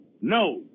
No